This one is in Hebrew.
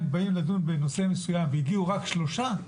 באים לדון בנושא מסוים והגיעו רק שלושה,